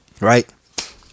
Right